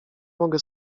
mogę